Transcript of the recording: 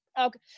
okay